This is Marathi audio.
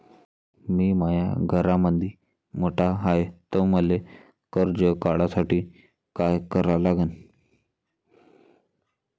मी माया घरामंदी मोठा हाय त मले कर्ज काढासाठी काय करा लागन?